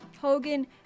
Hogan